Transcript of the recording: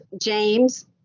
James